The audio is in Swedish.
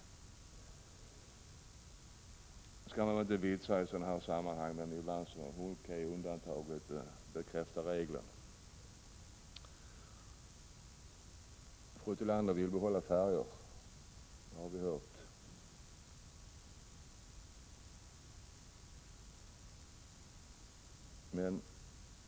Man skall väl inte vitsa i sådana här sammanhang, men ibland måste undantaget bekräfta regeln. Fru Tillander vill behålla färjorna, har vi hört.